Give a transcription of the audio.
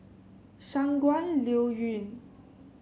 Shangguan Liuyun